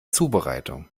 zubereitung